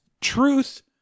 truth